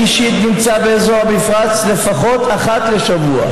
אני אישית נמצא באזור המפרץ לפחות אחת לשבוע.